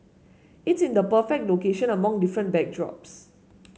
it's in the perfect location among different backdrops